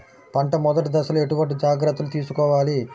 పంట మెదటి దశలో ఎటువంటి జాగ్రత్తలు తీసుకోవాలి?